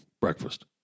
breakfast